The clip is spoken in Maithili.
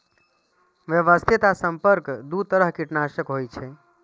व्यवस्थित आ संपर्क दू तरह कीटनाशक होइ छै